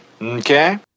Okay